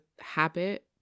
habit